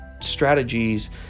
strategies